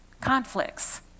conflicts